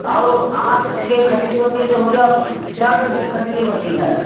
और वो आँख के खुजली होती है तो होती है और सिर में भी खुजली होती है